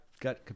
Got